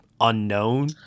unknown